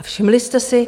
A všimli jste si?